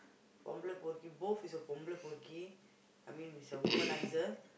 both is a I mean is a womanizer